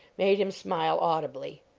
made him smile audibly.